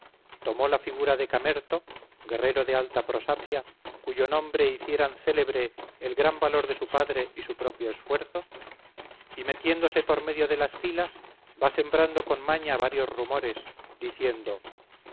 tomó la figura de camerto guerrero de alta prosapia cuyo nombre hicieran célebre el gran valor de su padre y su propio esfuerzo y metiéndose por medio de las filas va sembrando con maña varios rumores diciendo